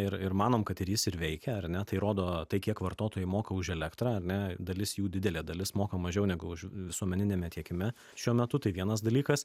ir ir manom kad ir jis ir veikia ar ne tai rodo tai kiek vartotojai moka už elektrą ar ne dalis jų didelė dalis moka mažiau negu už visuomeniniame tiekime šiuo metu tai vienas dalykas